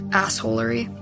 assholery